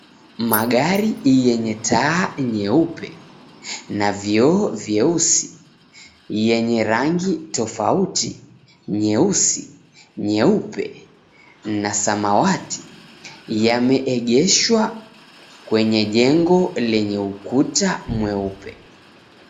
Magari yenye taa nyeupe na vioo vyeusi yenye rangi tofauti: nyeusi, nyeupe na samawati yameegeshwa kwenye jengo lenye ukuta mweupe.